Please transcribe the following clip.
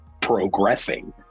progressing